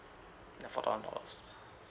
yeah four thousand dollars